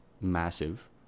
massive